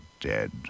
dead